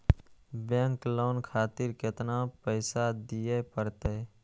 Bank loan खातीर केतना पैसा दीये परतें?